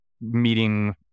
meeting